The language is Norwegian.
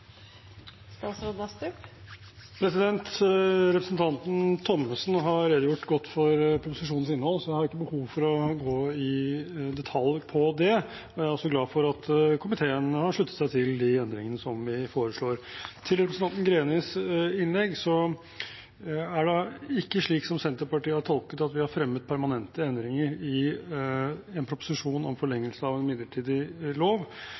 Representanten Thommessen har redegjort godt for proposisjonens innhold, så da har jeg ikke behov for å gå i detalj på det, men jeg er glad for at komiteen har sluttet seg til de endringene vi foreslår. Til representanten Grenis innlegg: Det er ikke slik som Senterpartiet har tolket det, at vi har fremmet permanente endringer i en proposisjon om forlengelse av en midlertidig lov,